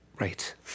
Right